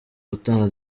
gutanga